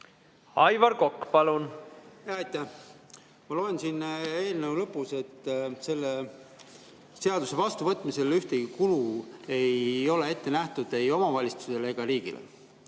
Aivar Kokk, palun! Aitäh! Ma loen siin eelnõu lõpust, et selle seaduse vastuvõtmisel ühtegi kulu ei ole ette nähtud ei omavalitsustele ega riigile.